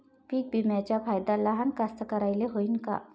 पीक विम्याचा फायदा लहान कास्तकाराइले होईन का?